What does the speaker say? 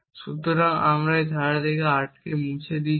সুতরাং এই ধারা থেকে আমি R মুছে দিচ্ছি